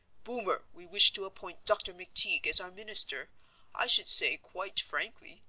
boomer, we wish to appoint dr. mcteague as our minister i should say, quite frankly,